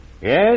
Yes